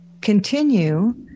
continue